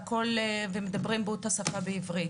הם מדברים בעברית.